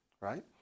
right